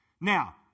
Now